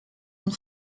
une